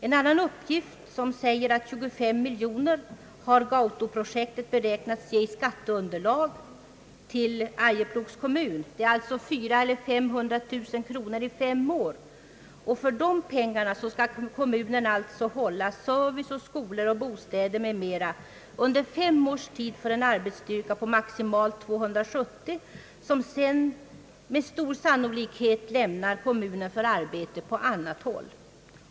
En annan uppgift säger att Gautoprojektet beräknats ge 25 miljoner kronor i skatteunderlag till Arjeplogs kommun. Det är alltså 400 000—500 000 kronor i fem år. För dessa pengar skall kommunen hålla service, skolor, bostäder m.m. under fem års tid för en arbetsstyrka på maximalt 270, som sedan med stor sannolikhet lämnar kommunen för arbete på annat håll.